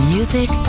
Music